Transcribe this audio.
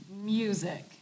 music